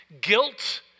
guilt